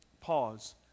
Pause